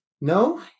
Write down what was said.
no